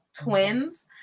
twins